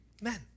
men